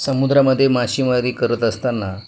समुद्रामध्ये मासेमारी करत असताना